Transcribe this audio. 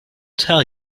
tell